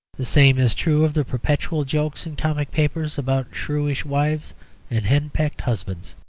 the same is true of the perpetual jokes in comic papers about shrewish wives and henpecked husbands.